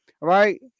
right